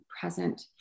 present